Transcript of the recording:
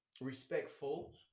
respectful